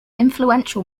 influential